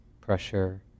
pressure